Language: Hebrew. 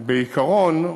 בעיקרון,